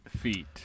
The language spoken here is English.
Feet